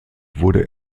wurde